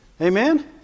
Amen